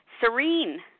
Serene